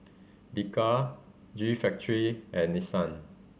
Bika G Factory and Nissan